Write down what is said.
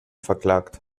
verklagt